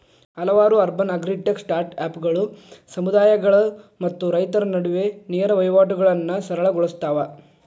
ಹಲವಾರು urban agritech ಸ್ಟಾರ್ಟ್ಅಪ್ಗಳು ಸಮುದಾಯಗಳು ಮತ್ತು ರೈತರ ನಡುವೆ ನೇರ ವಹಿವಾಟುಗಳನ್ನಾ ಸರಳ ಗೊಳ್ಸತಾವ